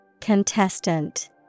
Contestant